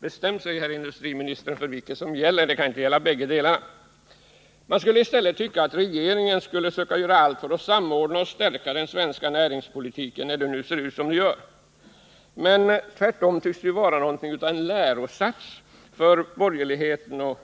Bestäm sig, herr industriministern, för vad som gäller! Man kunde tycka att regeringen skulle göra allt för att försöka samordna och stärka den svenska näringspolitiken, när den nu ser ut som den gör. Men tvärtom tycks det vara något av en lärosats för borgerligheten och